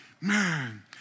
man